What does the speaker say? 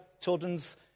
children's